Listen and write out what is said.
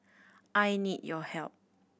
I need your help